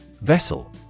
Vessel